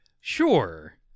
sure